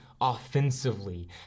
offensively